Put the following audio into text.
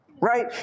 Right